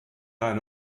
eine